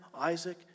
Isaac